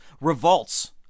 revolts